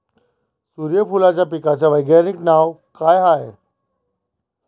सुर्यफूलाच्या पिकाचं वैज्ञानिक नाव काय हाये?